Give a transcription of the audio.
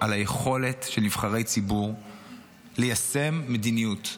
מאוד על היכולת של נבחרי ציבור ליישם מדיניות,